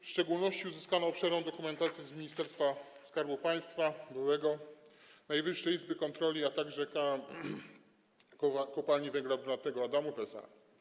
W szczególności uzyskano obszerną dokumentację z byłego Ministerstwa Skarbu Państwa, Najwyższej Izby Kontroli, a także Kopalni Węgla Brunatnego Adamów SA.